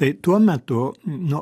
tai tuo metu nu